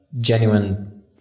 genuine